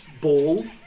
ball